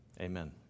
Amen